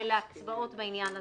ולהצבעות בעניין הזה.